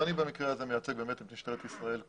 ואני במקרה הזה מייצג את משטרת ישראל כולה,